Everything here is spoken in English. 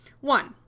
One